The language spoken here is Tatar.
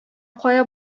кая